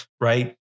right